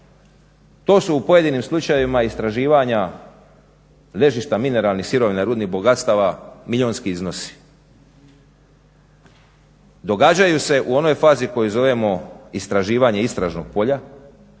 To su u pojedinim slučajevima istraživanja ležišta mineralnih sirovina, rudnih bogatstava, milijunski iznosi. Događaju se u onoj fazi koju zovemo istraživanje istražnog polja